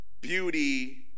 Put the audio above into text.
beauty